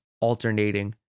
alternating